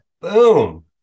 Boom